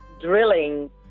drilling